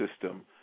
system